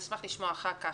אשמח לשמוע אחר כך,